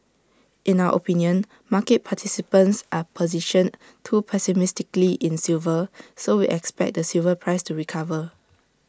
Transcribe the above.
in our opinion market participants are positioned too pessimistically in silver so we expect the silver price to recover